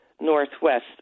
northwest